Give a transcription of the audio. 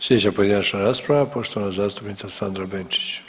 Sljedeća pojedinačna rasprava, poštovana zastupnica Sandra Benčić.